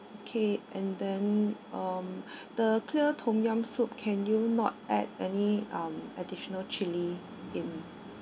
K and then um the clear tom yum soup can you not add any um additional chilli in